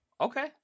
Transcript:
Okay